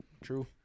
true